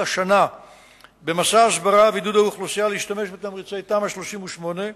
השנה במסע הסברה ובעידוד האוכלוסייה להשתמש בתמריצי תמ"א 38,